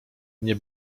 nie